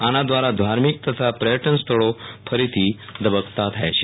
આના દ્વારા ધાર્મિક તથા પર્યટન સ્થળો ફરીથી ધબકતા થાય છે